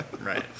right